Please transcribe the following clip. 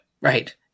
right